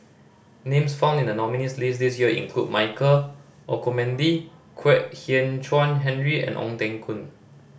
names found in the nominees' list this year include Michael Olcomendy Kwek Hian Chuan Henry and Ong Teng Koon